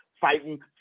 fighting